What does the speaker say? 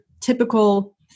typical